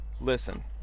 Listen